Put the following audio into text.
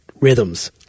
rhythms